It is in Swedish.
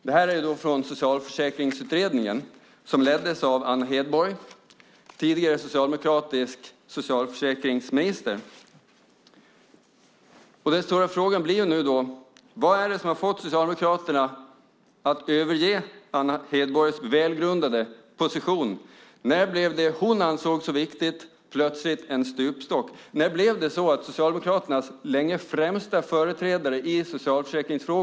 Det här är hämtat från Socialförsäkringsutredningen, som leddes av Anna Hedborg, tidigare socialdemokratisk socialförsäkringsminister. Den stora frågan blir nu: Vad är det som har fått Socialdemokraterna att överge Anna Hedborgs välgrundade position? Varför blev det som hon ansåg så viktigt plötsligt en stupstock? Hon var länge Socialdemokraternas främsta företrädare i socialförsäkringsfrågor.